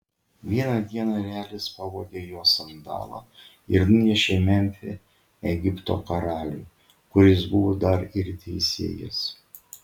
vieną dieną erelis pavogė jos sandalą ir nunešė į memfį egipto karaliui kuris buvo dar ir teisėjas